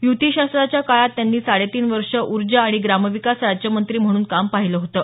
युती शासनाच्या काळात त्यांनी साडेतीन वर्षे ऊर्जा आणि ग्रामविकास राज्यमंत्री म्हणून काम पाहिलं होतं